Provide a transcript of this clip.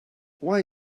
why